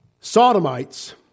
sodomites